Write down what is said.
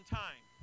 time